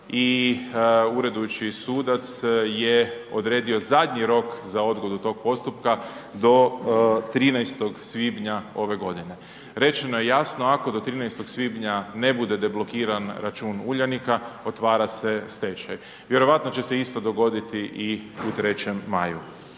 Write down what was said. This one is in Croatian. i uredujući sudac je odredio zadnji rok za odgodu tog postupka do 13. svibnja ove godine. Rečeno je jasno ako do 13. svibnja ne bude deblokiran račun Uljanika otvara se stečaj. Vjerojatno će se isto dogoditi i u 3. maju.